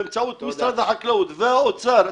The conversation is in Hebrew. באמצעות משרד החקלאות והאוצר,